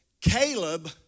Caleb